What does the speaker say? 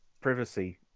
privacy